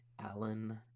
Alan